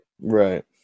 Right